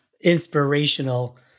inspirational